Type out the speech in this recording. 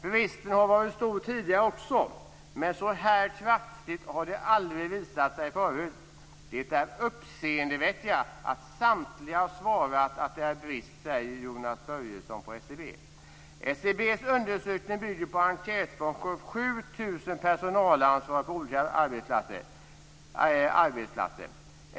Bristen har varit stor tidigare också, men så här kraftigt har det aldrig visat sig förut. Det är uppseendeväckande att samtliga svarat att det är brist, säger Jonas Börjesson på SCB. SCB:s undersökning bygger på enkätsvar från 7 000 personalanvariga på olika arbetsplatser.